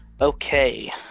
Okay